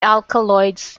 alkaloids